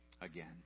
again